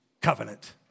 covenant